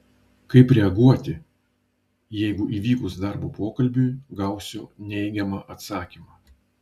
kaip reaguoti jeigu įvykus darbo pokalbiui gausiu neigiamą atsakymą